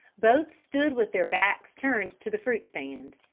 both stood with their backs turned to the fruit stand.